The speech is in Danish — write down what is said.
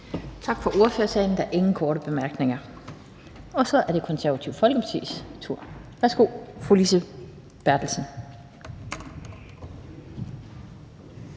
Tak for ordførertalen. Der er ingen korte bemærkninger. Og så er det Det Konservative Folkepartis tur. Værsgo til fru Lise Bertelsen.